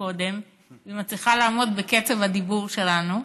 קודם והיא מצליחה לעמוד בקצב הדיבור שלנו.